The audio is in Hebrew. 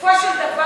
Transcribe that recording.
בסופו של דבר,